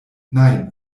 nein